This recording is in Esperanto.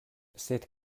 sed